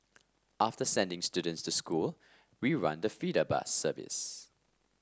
after sending students to school we run the feeder bus service